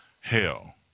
hell